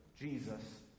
Jesus